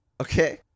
Okay